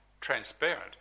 transparent